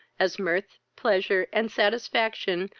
as mirth, pleasure, and satisfaction,